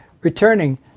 Returning